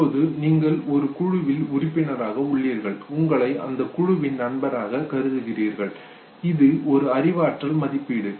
இப்பொழுது நீங்கள் ஒரு குழுவில் உறுப்பினராக உள்ளீர்கள் உங்களை அந்த குழுவின் நண்பராக கருதுகிறீர்கள் இது ஒரு அறிவாற்றல் மதிப்பீடு